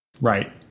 Right